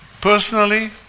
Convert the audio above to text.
Personally